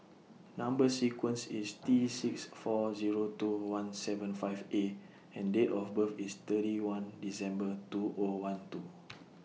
Number sequence IS T six four Zero two one seven five A and Date of birth IS thirty one December two O one two